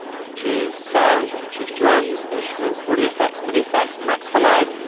can choose sounds, we can choose drums, instruments, audio effects, midi effects, max for live,